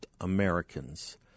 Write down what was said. Americans